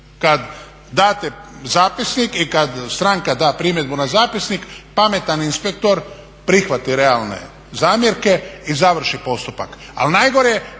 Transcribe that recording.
kad date zapisnik i kad stranka da primjedbu na zapisnik pametan inspektor prihvati realne zamjerke i završi postupak.